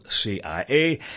CIA